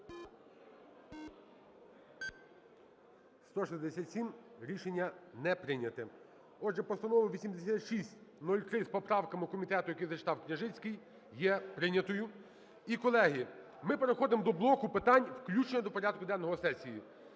За-168 Рішення не прийнято. Отже, Постанова 8603 з поправками комітету, який зачитав Княжицький, є прийнятою. І, колеги, ми переходимо до блоку питань включення до порядку денного сесії.